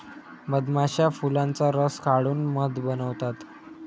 मधमाश्या फुलांचा रस काढून मध बनवतात